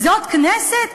זאת כנסת?